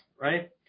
right